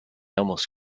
almost